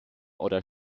oder